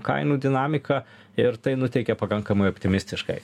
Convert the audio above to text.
kainų dinamika ir tai nuteikia pakankamai optimistiškai